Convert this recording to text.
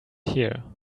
here